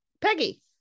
Peggy